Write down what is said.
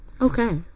Okay